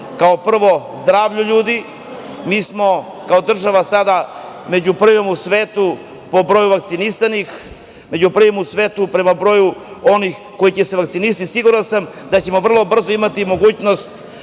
kao prvo, zdravlju ljudi. Mi smo kao država sada među prvima u svetu po broju vakcinisanih, među prvima u svetu prema broju onih koji će se vakcinisati. Siguran sam da ćemo vrlo brzo imati mogućnost